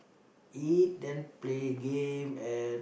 eat then play game and